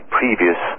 previous